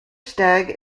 stag